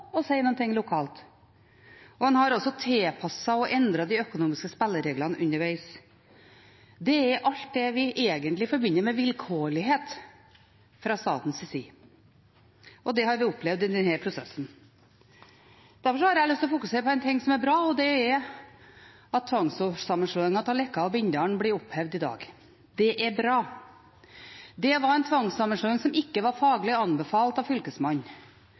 å si noe lokalt. En har også tilpasset og endret de økonomiske spillereglene undervegs. Alt dette er hva vi egentlig forbinder med vilkårlighet, fra statens side. Det har vi opplevd i denne prosessen. Derfor har jeg lyst til å fokusere på en ting som er bra, og det er at tvangssammenslåingen for Leka og Bindals del blir opphevet i dag. Det er bra. Det var en tvangssammenslåing som ikke var faglig anbefalt av Fylkesmannen.